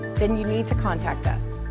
then you need to contact us.